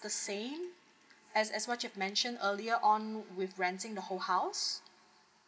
the same as as what you mentioned earlier on with renting the whole house